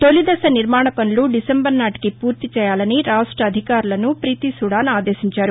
తొలిదశ నిర్నాణ పనులు డిసెంబరు నాటికి పూర్తిచేయాలని రాష్ట అధికారులను పీతిసూడాన్ ఆదేశించారు